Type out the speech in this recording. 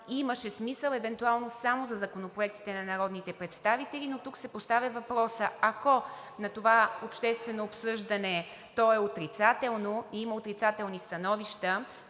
Имаше смисъл евентуално само за законопроектите на народните представители, но тук се поставя въпросът: ако на това обществено обсъждане то е отрицателно и има отрицателни становища,